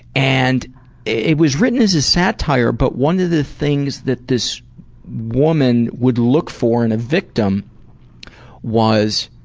and it was written as a satire, but one of the things that this woman would look for in a victim was